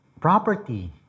property